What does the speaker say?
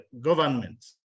governments